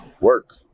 work